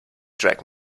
drag